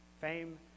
Fame